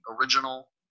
original